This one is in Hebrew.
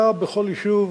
היה בכל יישוב,